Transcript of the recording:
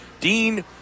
Dean